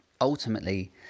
Ultimately